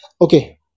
okay